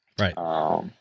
Right